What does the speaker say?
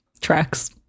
Tracks